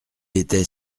était